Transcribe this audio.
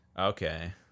Okay